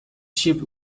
sheep